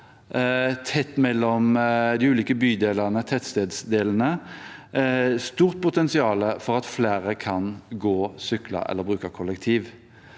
tett mellom de ulike bydelene og tettstedsdelene, er det et stort potensial for at flere kan gå, sykle eller bruke kollektiv.